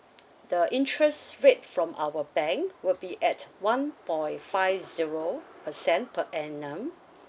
the interest rate from our bank will be at one point five zero percent per annum